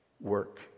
work